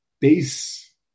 base